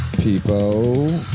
people